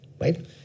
right